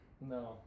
No